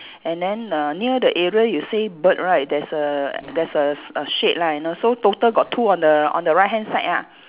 and then uh near the area you say bird right there's a there's a s~ uh shade lah and also total got two on the on the right hand side ah